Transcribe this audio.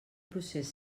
procés